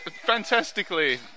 fantastically